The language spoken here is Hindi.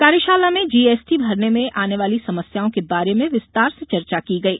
कार्यशाला में जीएसटी भरने में आने वाली समस्याओं के बारे में विस्तार से चर्चा की गई